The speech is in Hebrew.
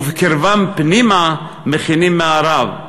ובקרבם פנימה מכינים מארב.